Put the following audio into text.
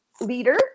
leader